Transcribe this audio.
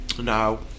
no